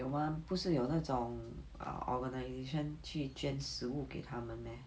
有吗不是有那种 err organization 去捐食物给他们 meh